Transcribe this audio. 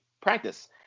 practice